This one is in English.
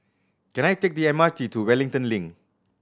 can I take the M R T to Wellington Link